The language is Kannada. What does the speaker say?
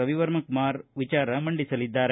ರವಿವರ್ಮಕುಮಾರ ವಿಚಾರ ಮಂಡಿಸಲಿದ್ದಾರೆ